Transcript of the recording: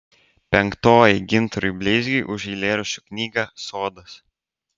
penktoji gintarui bleizgiui už eilėraščių knygą sodas